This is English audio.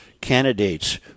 candidates